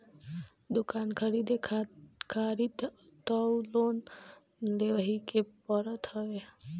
दुकान खरीदे खारित तअ लोन लेवही के पड़त हवे